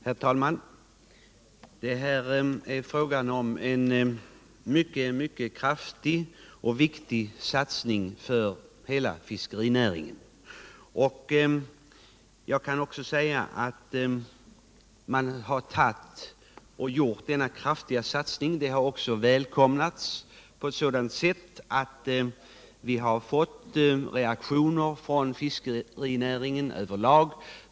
Herr talman! Det är här fråga om en mycket kraftig och viktig satsning för hela fiskerinäringen. Att denna kraftiga satsning gjorts har också välkomnats. Detta har visat sig på det sättet att vi fått mycket positiva reaktioner från fiskerinäringen över lag.